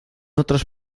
otras